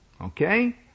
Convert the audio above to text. Okay